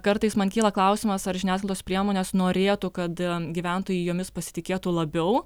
kartais man kyla klausimas ar žiniasklaidos priemonės norėtų kad gyventojai jomis pasitikėtų labiau